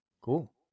Cool